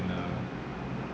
in a